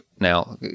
now